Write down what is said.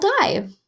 die